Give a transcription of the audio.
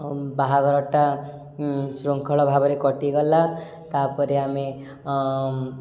ବାହାଘରଟା ଶୃଙ୍ଖଳ ଭାବରେ କଟିଗଲା ତା'ପରେ ଆମେ